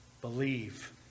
Believe